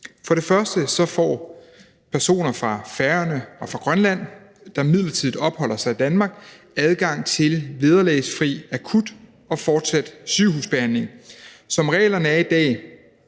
af de her nye tiltag. Personer fra Færøerne og fra Grønland, der midlertidigt opholder sig i Danmark, får adgang til vederlagsfri akut og fortsat sygehusbehandling. Som reglerne er i dag,